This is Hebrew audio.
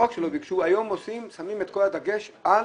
לא רק שלא ביקשו אלא היום שמים את כל הדגש על